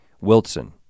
Wilson